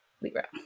Libra